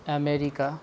America